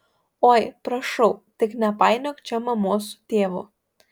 oi prašau tik nepainiok čia mamos su tėvu